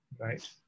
right